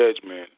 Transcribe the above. judgment